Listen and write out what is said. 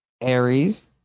Aries